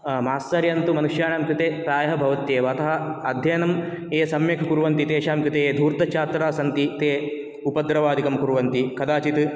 मात्सर्यं तु मनुष्याणां कृते प्रायः भवति एव अतः अध्ययनं ये सम्यक् कुर्वन्ति तेषां कृते ये धूर्तछात्राः सन्ति ते उपद्रवादिकं कुर्वन्ति कदाचित्